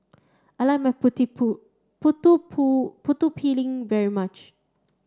I like Putu Piring very much